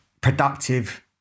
productive